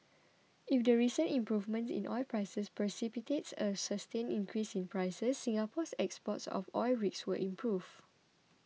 if the recent improvement in oil prices precipitates a sustained increase in prices Singapore's exports of oil rigs will improve